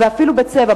ואפילו בצבע,